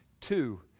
Two